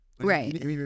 Right